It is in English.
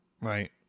right